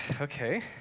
okay